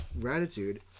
gratitude